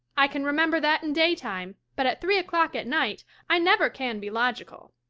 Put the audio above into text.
i can remember that in daytime, but at three o'clock at night i never can be logical.